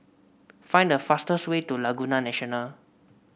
find the fastest way to Laguna National